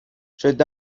should